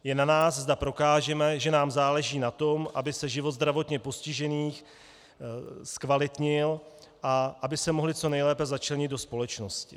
Je na nás, zda prokážeme, že nám záleží na tom, aby se život zdravotně postižených zkvalitnil a aby se mohli co nejlépe začlenit do společnosti.